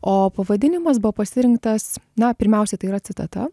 o pavadinimas buvo pasirinktas na pirmiausiai tai yra citata